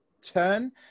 turn